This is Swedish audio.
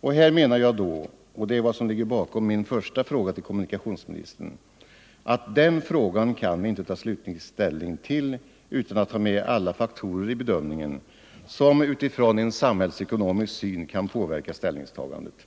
Och här menar jag då — det är vad som ligger bakom min första fråga till kommunikationsministern — att den frågan kan vi inte ta slutlig ställning till utan att ta med alla de faktorer i bedömningen som utifrån en samhällsekonomisk syn kan påverka ställningstagandet.